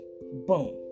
boom